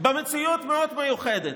במציאות מאוד מיוחדת,